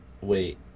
Wait